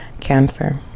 Cancer